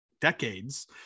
decades